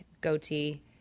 goatee